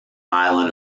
island